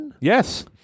Yes